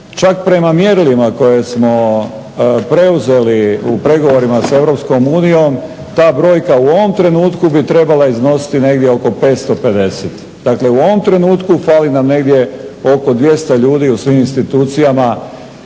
Čak prema mjerilima koje smo preuzeli u pregovorima sa EU ta brojka bi trebala u ovom trenutku iznositi oko 500. Dakle, u ovom trenutku fali nam negdje oko 200 ljudi u svim institucijama